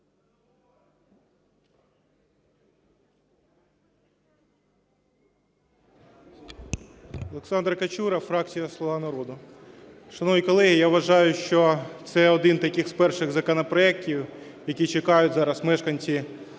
Олександр Качура, фракція "Слуга народу". Шановні колеги, я вважаю, що це один з таких перших законопроектів, які чекають зараз мешканці окупованих